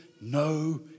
no